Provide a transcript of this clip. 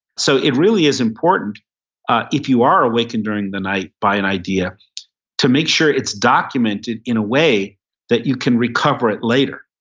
so it really is important if you are awakened during the night by an idea to make sure it's documented in a way that you can recover it later.